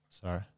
Sorry